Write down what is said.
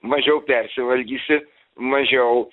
mažiau persivalgysi mažiau